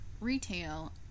retail